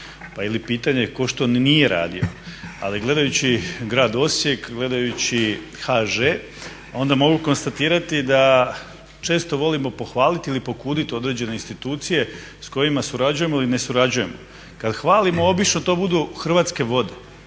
Pa je li pitanje ko što ni nije radio? Ali gledajući Grad Osijek, gledajući HŽ onda mogu konstatirati da često volimo pohvaliti ili pokuditi određene institucije s kojima surađujemo ili nesurađujemo. Kad hvalimo obično to budu Hrvatske vode,